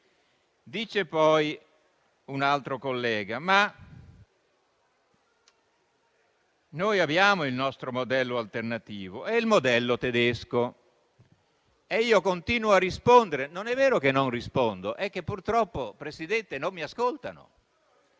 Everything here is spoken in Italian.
Dice poi un altro collega che noi abbiamo il nostro modello alternativo, quello tedesco. E io continuo a rispondere; non è vero che non rispondo, è che purtroppo, Presidente, non mi ascoltano.